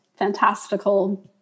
Fantastical